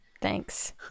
thanks